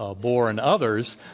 ah bohr, and others,